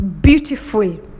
beautiful